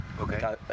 Okay